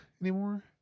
anymore